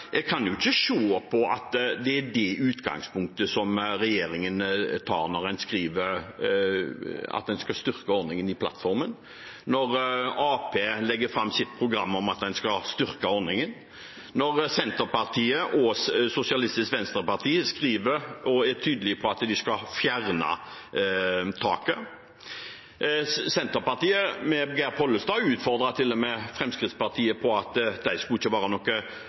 jeg kan ikke se at det er det utgangspunktet regjeringen tar, når en skriver i plattformen at en skal styrke ordningen, når Arbeiderpartiet legger fram sitt program om at en skal styrke ordningen, og når Senterpartiet og Sosialistisk Venstreparti skriver og er tydelig på at de skal fjerne taket. Senterpartiet ved Geir Pollestad utfordret til og med Fremskrittspartiet på at de ikke skulle være noe